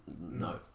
No